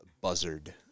buzzard